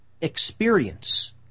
experience